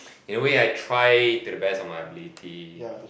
then will I try to the best of my ability